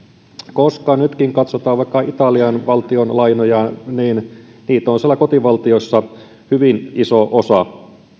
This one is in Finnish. koska nytkin jos katsotaan vaikka italian valtionlainoja niitä on siellä kotivaltiossa hyvin iso osa